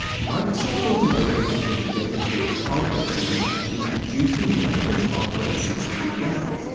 microsoft automotive had a dedicated hardware team that had been producing reference hardware since it began,